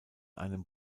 einem